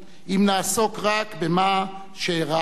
אם נעסוק רק במה שאירע אז,